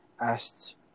asked